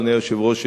אדוני היושב-ראש,